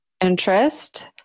interest